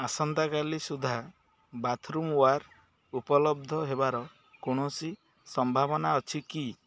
ଆସନ୍ତାକାଲି ସୁଦ୍ଧା bathroom ware ଉପଲବ୍ଧ ହେବାର କୌଣସି ସମ୍ଭାବନା ଅଛି କି